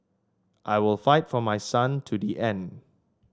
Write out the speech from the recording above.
I will fight for my son to the end